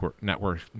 Network